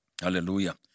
hallelujah